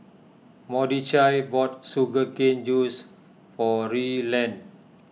Mordechai bought Sugar Cane Juice for Ryland